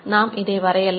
நாம் இதை வரையலாம்